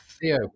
Theo